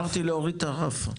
לא אמרתי להוריד את הרף,